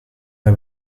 the